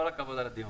כל הכבוד על הדיון.